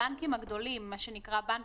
הבנקים הגדולים, מה שנקרא בנק